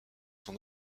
son